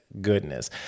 goodness